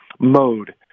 mode